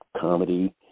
comedy